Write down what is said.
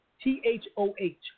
T-H-O-H